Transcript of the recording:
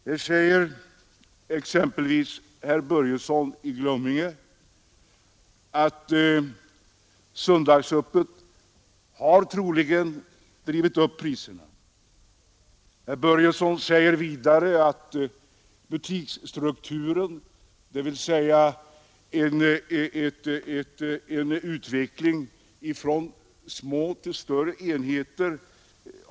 Herr Börjesson i Glömminge säger exempelvis att söndagsöppet troligen har drivit upp priserna. Han tror vidare att butiksstrukturen har ändrats ifrån små till större enheter.